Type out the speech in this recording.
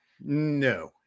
No